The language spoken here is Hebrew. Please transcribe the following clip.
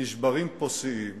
נשברים פה שיאים